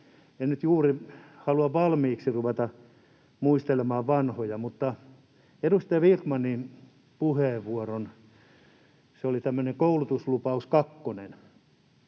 En nyt juuri halua valmiiksi ruveta muistelemaan vanhoja, mutta edustaja Vikmanin puheenvuoron sisällön — se